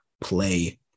play